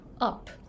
up